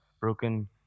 broken